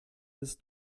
bis